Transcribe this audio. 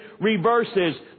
reverses